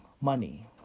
money